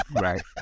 Right